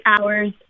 hours